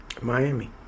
Miami